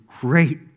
great